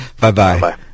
Bye-bye